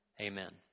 Amen